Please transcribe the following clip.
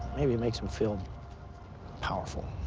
maybe it makes them feel powerful